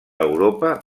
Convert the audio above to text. europa